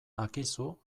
akizu